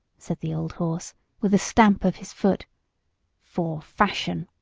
said the old horse with a stamp of his foot for fashion!